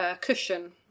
cushion